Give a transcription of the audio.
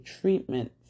treatment